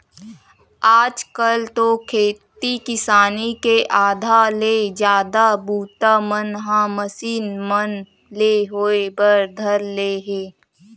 आज कल तो खेती किसानी के आधा ले जादा बूता मन ह मसीन मन ले होय बर धर ले हे